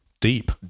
deep